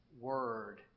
word